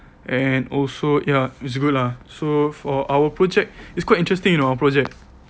and also ya it's good lah so for our project it's quite interesting you know our project